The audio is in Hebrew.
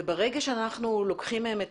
וברגע שאנחנו לוקחים מהם את